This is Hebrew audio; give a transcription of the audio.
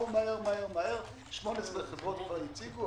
18 חברות הציבו,